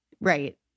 Right